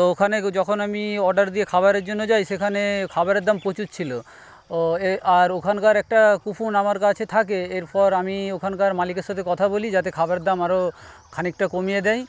তো ওখানে যখন আমি অর্ডার দিয়ে খাবারের জন্য যাই সেখানে খাবারের দাম প্রচুর ছিল আর ওখানকার একটা কুপন আমার কাছে থাকে এরপর আমি ওখানকার মালিকের সাথে কথা বলি যাতে খাবারের দাম আরো খানিকটা কমিয়ে দেয়